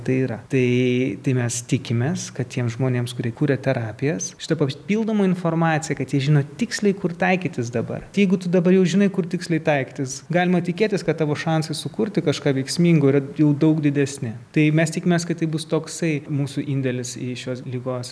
tai yra tai tai mes tikimės kad tiems žmonėms kuri kuria terapijas šita papildoma informacija kad ji žino tiksliai kur taikytis dabar jeigu tu dabar jau žinai kur tiksliai taikytis galima tikėtis kad tavo šansai sukurti kažką veiksmingo ir jau daug didesni tai mes tikimės kad tai bus toksai mūsų indėlis į šios ligos